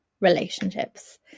Relationships